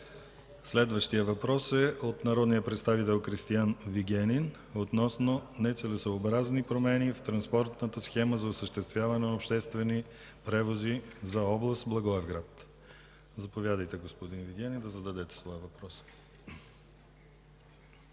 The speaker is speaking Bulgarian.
Следващият въпрос е от народния представител Кристиан Вигенин относно нецелесъобразни промени в транспортната схема за осъществяване на обществени превози за област Благоевград. Заповядайте, господин Вигенин, да зададете своя въпрос.